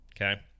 Okay